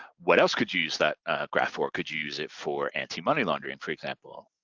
what else could you use that graph for? could you use it for anti money laundering, for example?